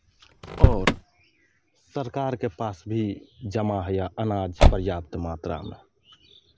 आओर सरकारके पास भी जमा होइए अनाज पर्याप्त मात्रामे